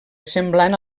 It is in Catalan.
semblant